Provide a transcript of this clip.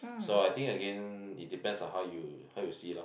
so I think again it depends on how you how you see lor